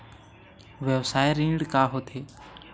व्यवसाय ऋण का होथे?